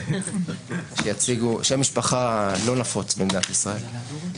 כן, שם משפחה לא נפוץ במדינת ישראל.